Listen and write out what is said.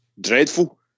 dreadful